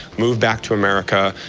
moved back to america.